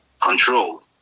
control